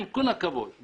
עם כל הכבוד לו.